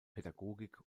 pädagogik